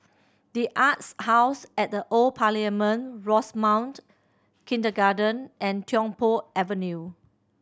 The Arts House at the Old Parliament Rosemount Kindergarten and Tiong Poh Avenue